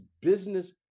business